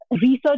research